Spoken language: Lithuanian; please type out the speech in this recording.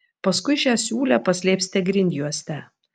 paskui šią siūlę paslėpsite grindjuoste